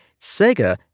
Sega